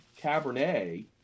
cabernet